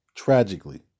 tragically